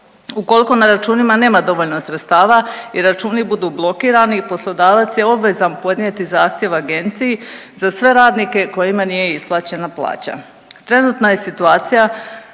Ukoliko na računima nema dovoljno sredstva i računi budu blokirani poslodavac je obvezan podnijeti zahtjev agenciji za sve radnike kojima nije isplaćena plaća. Trenutna je situacija